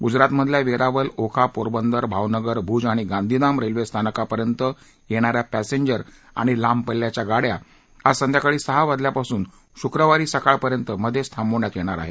गुजरातमधल्या वेरावल ओखा पोरबंदर भावनगर भूज आणि गांधीधाम रेल्वेस्थानकांपर्यंत येणा या पॅसेजंर आणि लांब पल्ल्याच्या गाडया आज संध्याकाळी सहा वाजल्यापासून शुक्रवारी सकाळपर्यंत मध्येच थांबवण्यात येणार आहेत